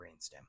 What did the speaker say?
brainstem